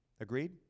Agreed